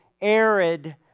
arid